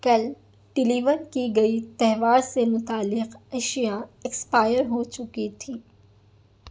کل ڈلیور کی گئی تہوار سے متعلق اشیا ایکسپائر ہو چکی تھیں